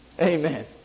Amen